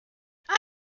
that